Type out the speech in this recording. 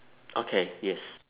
okay yes